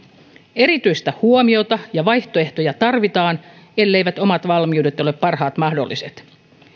erityistä huomiota ja vaihtoehtoja tarvitaan elleivät omat valmiudet ole parhaat mahdolliset